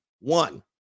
One